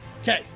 Okay